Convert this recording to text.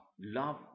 Love